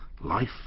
Life